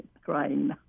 crying